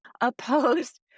opposed